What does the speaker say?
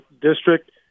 District